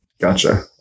gotcha